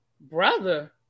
brother